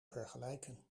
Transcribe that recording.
vergelijken